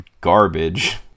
garbage